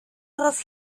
darauf